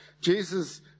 Jesus